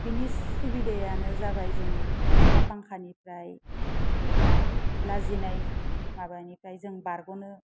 बेनि सुबिदायानो जाबाय जों अखा बांखानिफ्राय एबा लाजिनाय माबानिफ्राय जों बारग'नो